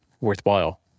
worthwhile